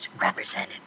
represented